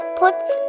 puts